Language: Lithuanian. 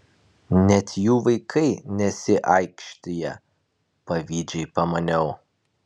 net jų vaikai nesiaikštija pavydžiai pamaniau